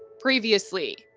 previously,